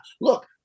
look